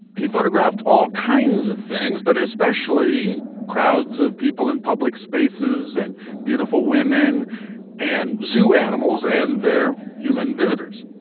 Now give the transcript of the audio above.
he photographed all kinds of things, but especially crowds of people in public spaces and beautiful women and zoo animals and their human visitors.